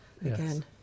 Again